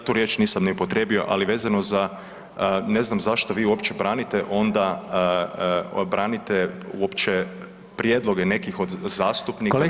Ja tu riječ nisam ni upotrijebio, ali vezano za, ne znam zašto vi uopće branite onda, branite uopće prijedloge nekih od zastupnika…